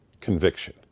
conviction